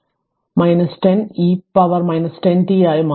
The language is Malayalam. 05 t 10 e പവറും 10 t ആയി മാറും